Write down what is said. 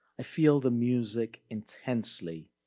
i feel the music intensely.